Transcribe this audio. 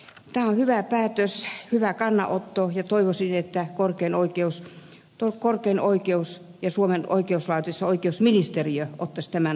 tämä on hyvä päätös hyvä kannanotto ja toivoisin että korkein oikeus ja suomen oikeuslaitos ja oikeusministeriö ottaisivat tämän todesta